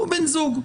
הוא בן זוג.